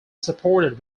supported